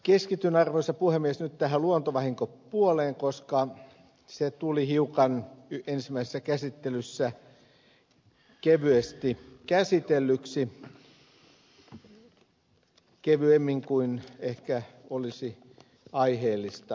keskityn arvoisa puhemies nyt tähän luontovahinkopuoleen koska se tuli ensimmäisessä käsittelyssä hiukan kevyesti käsitellyksi kevyemmin kuin ehkä olisi aiheellista ollut